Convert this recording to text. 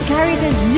Caritas